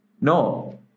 No